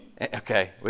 okay